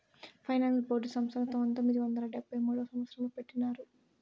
finance board సంస్థను పంతొమ్మిది వందల డెబ్భై మూడవ సంవచ్చరంలో పెట్టినారు